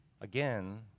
Again